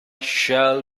shall